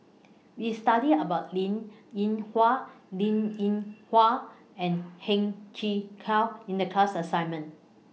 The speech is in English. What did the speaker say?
We studied about Linn in Hua Linn in Hua and Heng Chee How in The class assignment